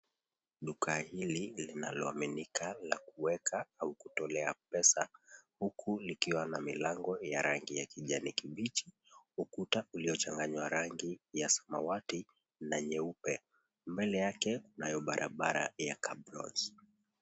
Duka hili linaloaminika la kuweka au kutolea pesa huku likiwa na milango ya rangi ya kijani kibichi, ukuta uliochanganywa rangi ya samawati na nyeupe. Mbele yake kunayo barabara ya [sc]cabros .